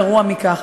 גרוע מכך,